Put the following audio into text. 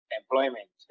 employment